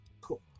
Cool